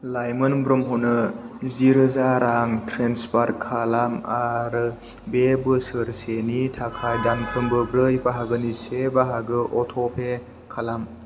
लाइमोन ब्रह्मनो जि रोजा रां ट्रेन्सफार खालाम आरो बे बोसोरसेनि थाखाय दानफ्रोमबो ब्रै बाहागोनि से बाहागो अटपे खालाम